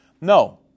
No